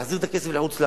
להחזיר את הכסף לחוץ-לארץ,